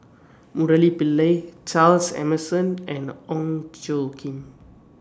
Murali Pillai Charles Emmerson and Ong Tjoe Kim